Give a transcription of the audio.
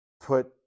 put